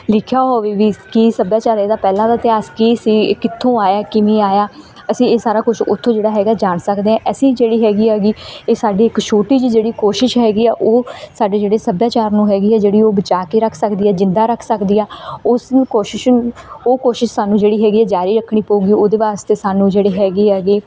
ਲਿਖਿਆ ਹੋਵੇ ਵੀ ਕੀ ਸੱਭਿਆਚਾਰ ਇਹਦਾ ਪਹਿਲਾਂ ਦਾ ਇਤਿਹਾਸ ਕੀ ਸੀ ਇਹ ਕਿੱਥੋਂ ਆਇਆ ਕਿਵੇਂ ਆਇਆ ਅਸੀਂ ਇਹ ਸਾਰਾ ਕੁਛ ਉੱਥੋਂ ਜਿਹੜਾ ਹੈਗਾ ਜਾਣ ਸਕਦੇ ਹਾਂ ਅਸੀਂ ਜਿਹੜੀ ਹੈਗੀ ਐਗੀ ਇਹ ਸਾਡੀ ਇੱਕ ਛੋਟੀ ਜਿਹੀ ਜਿਹੜੀ ਕੋਸ਼ਿਸ਼ ਹੈਗੀ ਹੈ ਉਹ ਸਾਡੇ ਜਿਹੜੇ ਸੱਭਿਆਚਾਰ ਨੂੁੰ ਹੈਗੀ ਹੈ ਜਿਹੜੀ ਉਹ ਬਚਾ ਕੇ ਰੱਖ ਸਕਦੀ ਹੈ ਜਿੰਦਾ ਰੱਖ ਸਕਦੀ ਹੈ ਉਸਨੂੰ ਕੋਸ਼ਿਸ਼ ਉਹ ਕੋਸ਼ਿਸ਼ ਸਾਨੂੰ ਜਿਹੜੀ ਹੈਗੀ ਹੈ ਜਾਰੀ ਰੱਖਣੀ ਪਊਗੀ ਉਹਦੇ ਵਾਸਤੇ ਸਾਨੂੰ ਜਿਹੜੀ ਹੈਗੀ ਐਗੀ